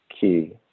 key